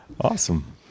Awesome